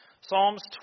Psalms